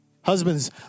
Husbands